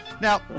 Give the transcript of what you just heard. Now